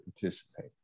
participate